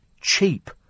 Cheap